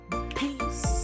Peace